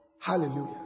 Hallelujah